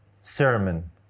sermon